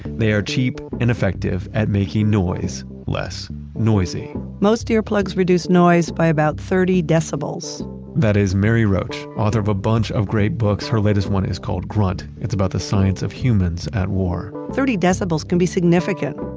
they are cheap and effective at making noise less noisy most earplugs reduce noise by about thirty decibels that is mary roach, author of a bunch of great books. her latest one is called grunt. it's about the science of humans at war thirty decibels can be significant.